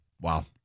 Wow